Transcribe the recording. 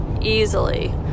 easily